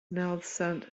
nawddsant